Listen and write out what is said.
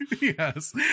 Yes